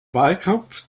wahlkampf